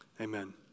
Amen